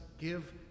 give